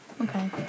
Okay